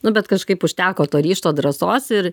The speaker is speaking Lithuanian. nu bet kažkaip užteko to ryžto drąsos ir